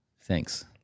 Thanks